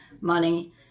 money